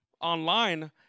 online